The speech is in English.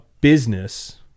business